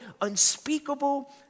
unspeakable